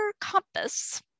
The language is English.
compass